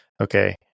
Okay